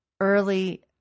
early